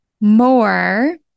more